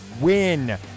win